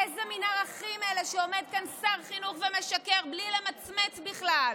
אילו מין ערכים אלו כשעומד כאן שר חינוך ומשקר בלי למצמץ בכלל,